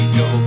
go